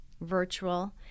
virtual